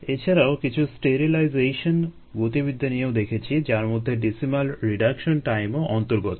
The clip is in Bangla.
এছাড়াও কিছু স্টেরিলাইজেশন গতিবিদ্যা নিয়েও দেখেছি যার মধ্যে ডেসিমাল রিডাকশন টাইমও অন্তর্গত